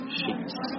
sheets